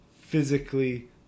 physically